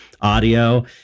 audio